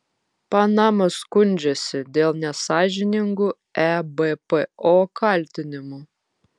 panama skundžiasi dėl nesąžiningų ebpo kaltinimų